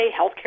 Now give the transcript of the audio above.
healthcare